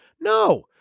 No